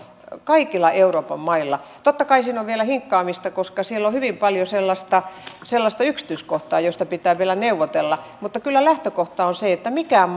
kaikilla euroopan mailla totta kai siinä on vielä hinkkaamista koska siellä on hyvin paljon sellaista sellaista yksityiskohtaa josta pitää vielä neuvotella mutta kyllä lähtökohta on se että mikään